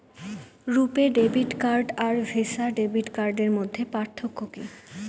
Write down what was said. রূপে debit card আর Visa debit কার্ডের মধ্যে পার্থক্য কি?